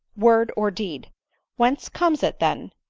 word or deed whence comes it, then,